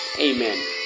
amen